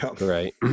right